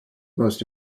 most